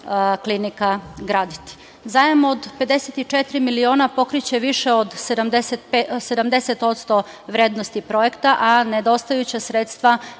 klinika graditi. Zajam od 54 miliona pokriće više od 70% vrednosti projekta, a nedostajuća sredstva